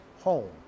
home